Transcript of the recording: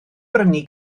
brynu